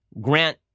Grant